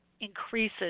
increases